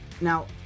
Now